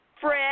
Fred